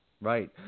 right